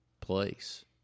place